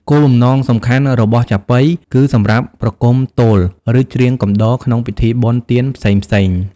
គោលបំណងសំខាន់របស់ចាប៉ី គឺសម្រាប់ ប្រគំទោល ឬ ច្រៀងកំដរ ក្នុងពិធីបុណ្យទានផ្សេងៗ។